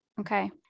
Okay